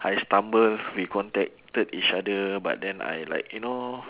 I stumble we contacted each other but then I like you know